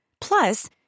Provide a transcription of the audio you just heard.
Plus